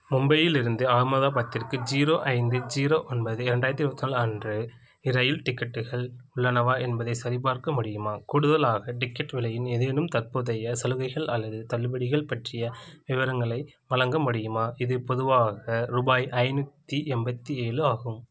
மும்பையிலிருந்து அகமதாபாத்திற்கு ஜீரோ ஐந்து ஜீரோ ஒன்பது இரண்டாயிரத்தி இருபத்து நாலு அன்று இரயில் டிக்கெட்டுகள் உள்ளனவா என்பதைச் சரிபார்க்க முடியுமா கூடுதலாக டிக்கெட் விலையின் ஏதேனும் தற்போதைய சலுகைகள் அல்லது தள்ளுபடிகள் பற்றிய விவரங்களை வழங்க முடியுமா இது பொதுவாக ரூபாய் ஐந்நூற்றி எண்பத்தி ஏழு ஆகும்